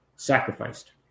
sacrificed